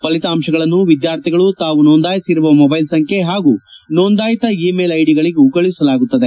ಫಲಿತಾಂತಗಳನ್ನು ವಿದ್ಯಾರ್ಥಿಗಳು ತಾವು ನೊಂದಾಯಿಸಿರುವ ಮೊಬ್ಬೆಲ್ ಸಂಖ್ಯೆ ಹಾಗೂ ನೊಂದಾಯಿತ ಇ ಮೇಲ್ ಐಡಿಗಳಿಗೂ ಕಳುಹಿಸಲಾಗುತ್ತದೆ